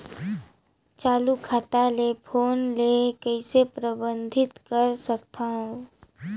चालू खाता ले फोन ले कइसे प्रतिबंधित कर सकथव?